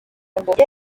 ngo